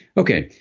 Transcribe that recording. okay.